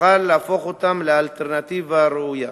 נוכל להפוך אותם לאלטרנטיבה ראויה.